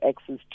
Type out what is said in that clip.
access